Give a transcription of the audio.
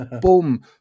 boom